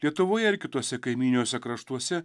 lietuvoje ir kituose kaimyniniuose kraštuose